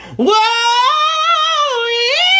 Whoa